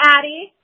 Addie